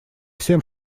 всем